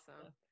awesome